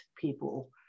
people